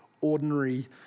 ordinary